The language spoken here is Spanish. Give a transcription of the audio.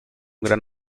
gran